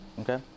Okay